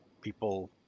People